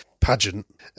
pageant